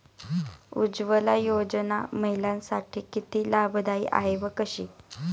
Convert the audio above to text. उज्ज्वला योजना महिलांसाठी किती लाभदायी आहे व कशी?